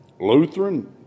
Lutheran